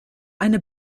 eine